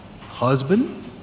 Husband